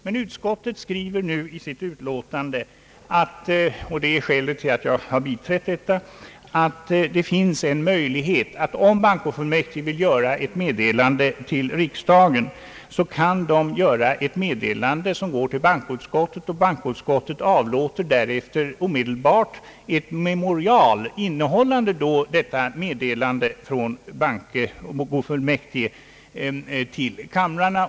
Men utskottet skriver nu i sitt utlåtande — och det är skälet till att jag har biträtt utlåtandet — att om bankofullmäktige vill lämna ett meddelande till riksdagen, kan det ske på det sättet, att de ger ett meddelande till bankoutskottet. Bankoutskottet avlåter därefter ett memorial, innehållande detta meddelande från bankofullmäktige.